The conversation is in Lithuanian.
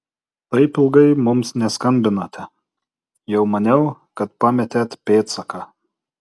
taip ilgai mums neskambinote jau maniau kad pametėt pėdsaką